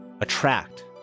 attract